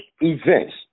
events